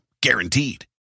Guaranteed